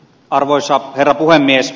arvoisa herra puhemies